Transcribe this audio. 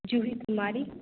Juhi Kumari